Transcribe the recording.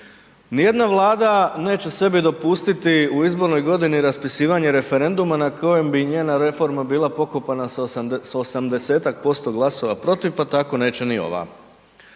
ni jedna vlada neće sebi dopustiti u izbornoj godini raspisivanje referenduma na kojem bi njena reforma bila pokopana s 80-desetak posto glasova protiv, pa tako neće ni ova